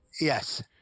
Yes